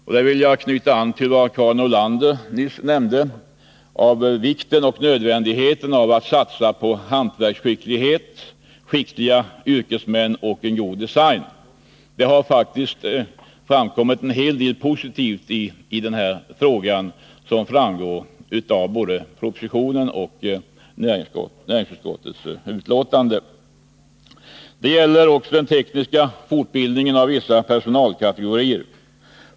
Här vill jag knyta an till det som Karin Nordlander nyss sade om vikten och nödvändigheten av att satsa på hantverksskicklighet, skickliga yrkesmän och en god design. En annan viktig nyhet är den tekniska fortbildningen av vissa personalkategorier.